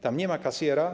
Tam nie ma kasjera.